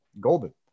golden